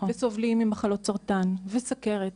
וסובלים ממלחות סרטן וסכרת,